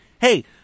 Hey